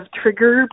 trigger